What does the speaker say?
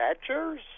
catchers